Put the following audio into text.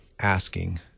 asking